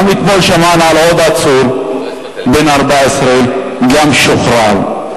גם אתמול שמענו על עוד עצור בן 14, גם הוא שוחרר.